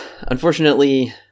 unfortunately